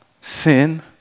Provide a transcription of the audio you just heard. Sin